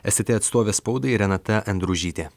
es te te atstovė spaudai renata endružytė